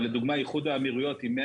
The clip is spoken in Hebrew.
אבל לדוגמה איחוד האמירויות עם 100